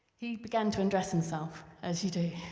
he began to undress himself, as you do.